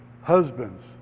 husbands